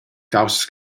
caussas